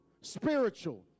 spiritual